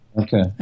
Okay